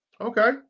Okay